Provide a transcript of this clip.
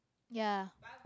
ya